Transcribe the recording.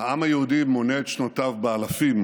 העם היהודי מונה את שנותיו באלפים,